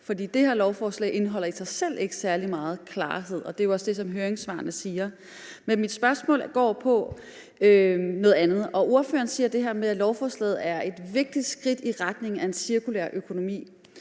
For det her lovforslag indeholder i sig selv ikke særlig meget klarhed, og det er jo også det, som høringssvarene siger. Men mit spørgsmål går på noget andet. Ordføreren siger det her med, at lovforslaget er et vigtig skridt i retning af en cirkulær økonomi.